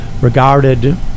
regarded